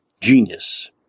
genius